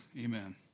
Amen